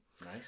Nice